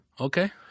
Okay